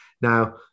Now